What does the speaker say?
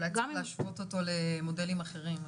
אולי צריך להשוות אותו למודלים אחרים.